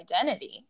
identity